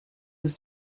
was